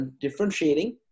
differentiating